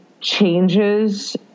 changes